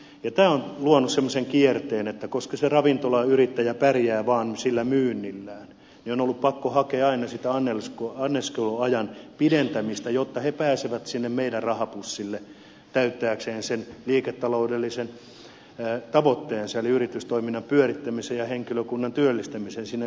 tämä on luonut semmoisen kierteen että koska se ravintolayrittäjä pärjää vaan myynnillään niin on ollut pakko hakea aina sitä anniskeluajan pidentämistä jotta he pääsevät sinne meidän rahapussillemme täyttääkseen sen liiketaloudellisen tavoitteensa eli yritystoiminnan pyörittämisen ja henkilökunnan työllistämisen siinä sivussa